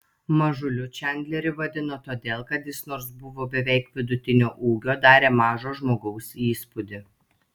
mažiuliu čandlerį vadino todėl kad jis nors buvo beveik vidutinio ūgio darė mažo žmogaus įspūdį